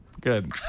good